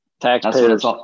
Taxpayers